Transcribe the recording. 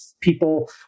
people